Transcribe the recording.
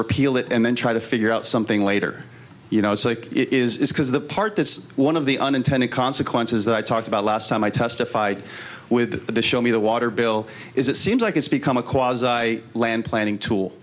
repeal it and then try to figure out something later you know it's like it is because the part that's one of the unintended consequences that i talked about last time i testified with the show me the water bill is it seems like it's become a cause i land planning tool